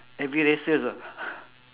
everywhere sells ah